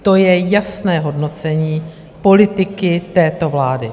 To je jasné hodnocení politiky této vlády.